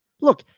Look